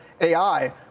AI